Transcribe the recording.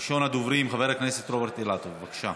ראשון הדוברים, חבר הכנסת רוברט אילטוב, בבקשה.